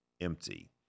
empty